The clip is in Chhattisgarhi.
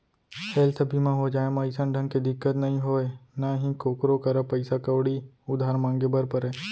हेल्थ बीमा हो जाए म अइसन ढंग के दिक्कत नइ होय ना ही कोकरो करा पइसा कउड़ी उधार मांगे बर परय